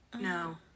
No